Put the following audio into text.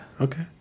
okay